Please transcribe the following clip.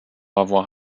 avoir